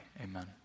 amen